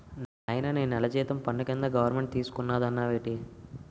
నాయనా నీ నెల జీతం పన్ను కింద గవరమెంటు తీసుకున్నాదన్నావేటి